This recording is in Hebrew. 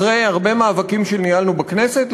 אחרי הרבה מאבקים שניהלנו בכנסת,